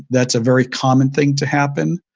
that's a very common thing to happen,